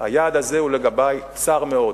היעד הזה הוא לגבי צר מאוד,